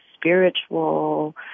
spiritual